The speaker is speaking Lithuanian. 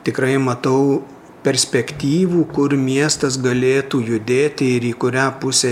tikrai matau perspektyvų kur miestas galėtų judėti ir į kurią pusę